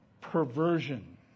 perversion